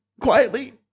quietly